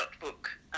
book